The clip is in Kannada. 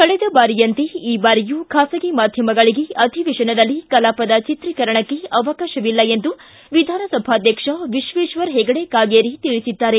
ಕಳೆದ ಬಾರಿಯಂತೆ ಈ ಬಾರಿಯೂ ಖಾಸಗಿ ಮಾಧ್ಯಮಗಳಿಗೆ ಅಧಿವೇತನದಲ್ಲಿ ಕಲಾಪದ ಚಿತ್ರೀಕರಣಕ್ಕೆ ಅವಕಾಶವಿಲ್ಲ ಎಂದು ವಿಧಾನಸಭಾಧ್ಯಕ್ಷ ವಿಶ್ವೇಶ್ವರ್ ಹೆಗಡೆ ಕಾಗೇರಿ ಹೇಳಿದ್ದಾರೆ